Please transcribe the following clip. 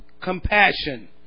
compassion